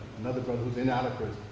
another brother who's in and